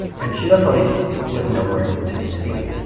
and shiratori was nowhere to be seen.